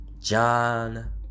John